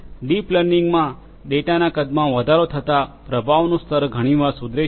deep લર્નિંગમાં ડેટાના કદમાં વધારો થતાં પ્રભાવનું સ્તર ઘણીવાર સુધરે છે